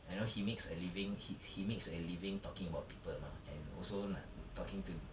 you know he makes a living he he makes a living talking about people mah and also like talking to